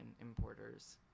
importers